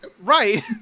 Right